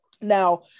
now